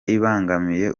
ibangamiye